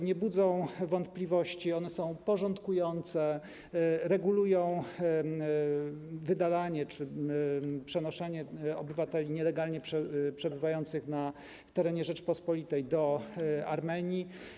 Nie budzą wątpliwości, są porządkujące, regulują wydalanie czy przenoszenie obywateli nielegalnie przebywających na terenie Rzeczypospolitej do Armenii.